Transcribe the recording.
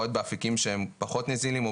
יכול להיות שמושקע באפיקים שהם פחות נזילים או